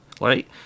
right